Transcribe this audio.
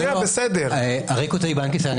בנק ישראל.